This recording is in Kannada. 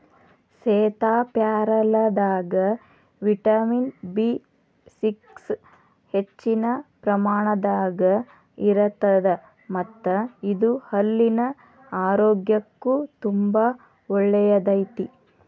ಸೇತಾಪ್ಯಾರಲದಾಗ ವಿಟಮಿನ್ ಬಿ ಸಿಕ್ಸ್ ಹೆಚ್ಚಿನ ಪ್ರಮಾಣದಾಗ ಇರತ್ತದ ಮತ್ತ ಇದು ಹಲ್ಲಿನ ಆರೋಗ್ಯಕ್ಕು ತುಂಬಾ ಒಳ್ಳೆಯದೈತಿ